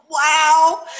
wow